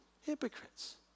hypocrites